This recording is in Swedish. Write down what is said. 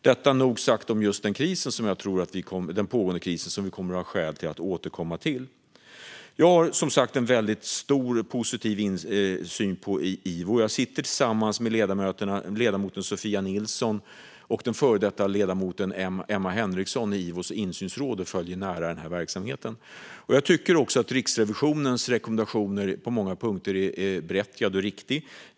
Detta är nog sagt om den pågående krisen, som jag tror att vi kommer att ha skäl att återkomma till. Jag har som sagt en positiv syn på IVO. Tillsammans med ledamoten Sofia Nilsson och tidigare ledamoten Emma Henriksson sitter jag i IVO:s insynsråd, och jag följer verksamheten nära. Jag tycker också att Riksrevisionens rekommendationer på många punkter är berättigade och riktiga.